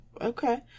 okay